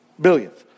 billions